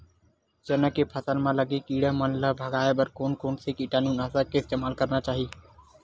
चना के फसल म लगे किड़ा मन ला भगाये बर कोन कोन से कीटानु नाशक के इस्तेमाल करना चाहि?